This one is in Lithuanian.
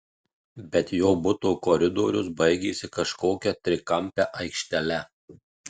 bet jo buto koridorius baigėsi kažkokia trikampe aikštele